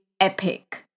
epic